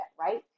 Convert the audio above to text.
right